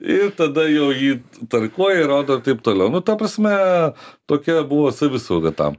ir tada jau jį tarkuoja ir rodo ir taip toliau nu ta prasme tokia buvo savisauga tam